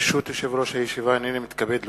ברשות יושב-ראש הישיבה, הנני מתכבד להודיע,